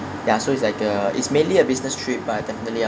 ya so it's like a it's mainly a business trip but I definitely